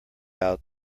out